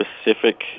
specific